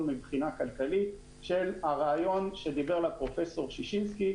מבחינה כלכלית של הרעיון שדיבר עליו פרופ' ששינסקי,